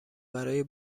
برای